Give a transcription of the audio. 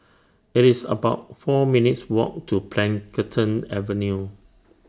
IT IS about four minutes' Walk to Plantation Avenue